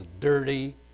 dirty